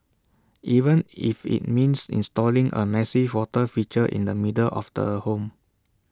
even if IT means installing A massive water feature in the middle of the home